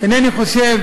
אינני חושב